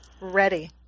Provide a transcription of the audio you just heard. Ready